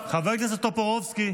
חבר הכנסת טופורובסקי,